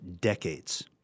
decades